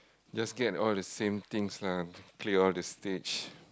just get all the same things lah clear all the stage